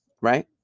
right